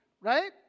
right